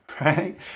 right